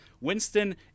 winston